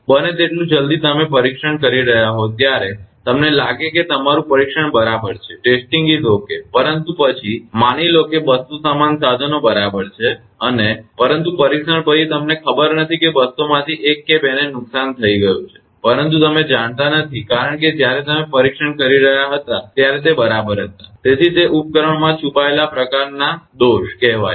બને તેટલું જલ્દી તમે પરીક્ષણ કરી રહ્યા હોવ ત્યારે તમને લાગે છે કે તમારું પરીક્ષણ બરાબર છે પરંતુ પછી માની લો 200 સમાન સાધનો બરાબર છે અને પરંતુ પરીક્ષણ પછી તમને ખબર નથી કે 200 માંથી 1 કે 2 ને નુકસાન થઈ ગયું છે પરંતુ તમે નથી જાણતા કારણ કે જ્યારે તમે પરીક્ષણ કરી રહ્યા હતા ત્યારે તે બરાબર હતા તેથી તે ઉપકરણોમાં છુપાયેલા પ્રકારના દોષ કહેવાય છે